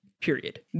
period